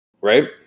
right